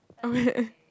oh really